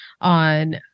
on